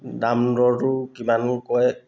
দাম দৰটো কিমান কয়